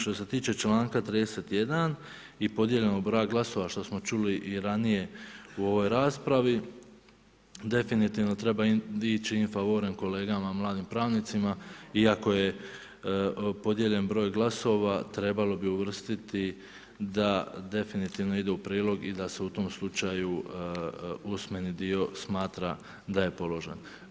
Što se tiče čl. 31. i podijeljenog broja glasova, što smo čuli i ranije, u ovoj raspravi, definitivno, treba ići in favore, kolegama mladim pravnicima, iako je podijeljen broj glasova, trebalo bi uvrstiti, da definitivno ide u prilog i da se u tom slučaju usmeni dio smatra da je položen.